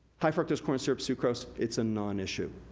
high fructose corn syrup, sucrose, it's a non issue,